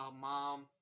mom